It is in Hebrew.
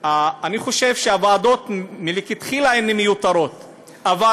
אני חושב שהוועדות הן מיותרות מלכתחילה,